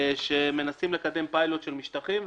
שמנסים לקדם פיילוט של משטחים,